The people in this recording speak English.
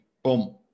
boom